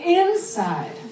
inside